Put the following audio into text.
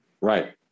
Right